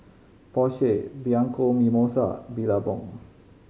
Porsche Bianco Mimosa Billabong